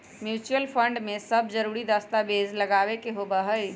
mutual fund में सब जरूरी दस्तावेज लगावे के होबा हई